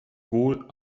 wohl